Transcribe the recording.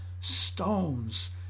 stones